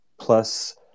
plus